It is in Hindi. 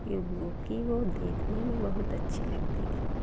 कि वह देखने में बहुत अच्छी लगती थी